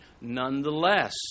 Nonetheless